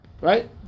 right